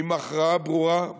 עם הכרעה ברורה,